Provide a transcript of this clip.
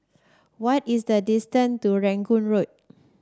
what is the distance to Rangoon Road